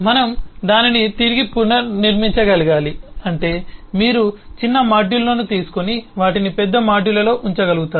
మనం దానిని తిరిగి పునర్నిర్మించగలగాలి అంటే మీరు చిన్న మాడ్యూళ్ళను తీసుకొని వాటిని పెద్ద మాడ్యూల్లో ఉంచగలుగుతారు